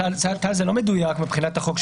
טל, זה לא מדויק מבחינת החוק.